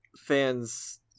fans